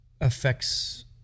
affects